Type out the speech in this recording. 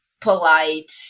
polite